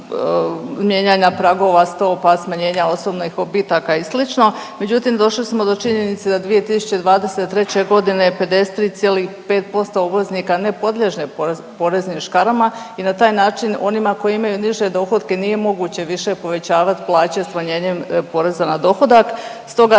mijenjanja pragova stopa, smanjenja osobnih odbitaka i sl. Međutim došli smo do činjenice da 2023. godine 53,5% uvoznika ne podliježe poreznim škarama i na taj način onima koji imaju niže dohotke nije moguće više povećavati plaće smanjenjem poreza na dohodak. Stoga